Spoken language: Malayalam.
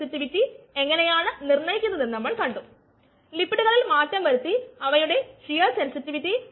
പിന്നെ B മൊത്തം എൻസൈം സാന്ദ്രത മൂന്നിരട്ടിയാണെങ്കിൽ മീഡിയം എന്തായിരിക്കും 30 മിനിറ്റിനുശേഷം മീഡിയത്തിൽ X വിഷാംശം അടങ്ങിയിരിക്കും